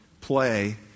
play